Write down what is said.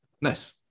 Nice